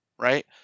right